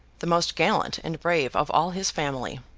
the most gallant and brave of all his family.